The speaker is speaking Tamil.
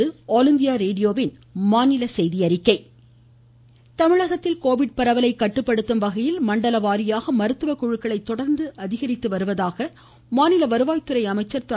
உதயகுமாா் தமிழகத்தில் கோவிட் பரவலை கட்டுப்படுத்தும் வகையில் மண்டல வாரியாக மருத்துவ குழுக்களை தொடர்ந்து அதிகரித்து வருவதாக மாநில வருவாய்த்துறை அமைச்சர் திரு